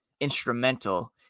instrumental